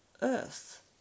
earth